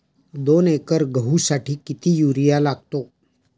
दोन एकर गहूसाठी किती युरिया लागतो?